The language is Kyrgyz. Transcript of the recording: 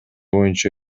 боюнча